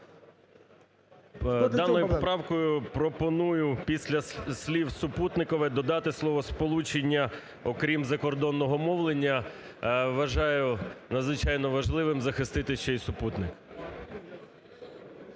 Даною правкою пропоную після слів "супутникове" додати словосполучення "окрім закордонного мовлення". Вважаю надзвичайно важливим захистити ще і супутник.